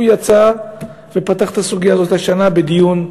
הוא יצא ופתח את הסוגיה הזאת השנה לדיון,